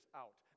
out